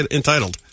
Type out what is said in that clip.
entitled